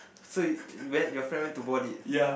so you went your friend to bought it